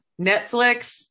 Netflix